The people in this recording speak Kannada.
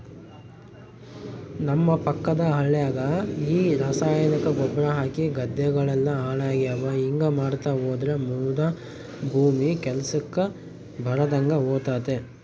ನಮ್ಮ ಪಕ್ಕದ ಹಳ್ಯಾಗ ಈ ರಾಸಾಯನಿಕ ಗೊಬ್ರ ಹಾಕಿ ಗದ್ದೆಗಳೆಲ್ಲ ಹಾಳಾಗ್ಯಾವ ಹಿಂಗಾ ಮಾಡ್ತಾ ಹೋದ್ರ ಮುದಾ ಭೂಮಿ ಕೆಲ್ಸಕ್ ಬರದಂಗ ಹೋತತೆ